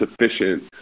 sufficient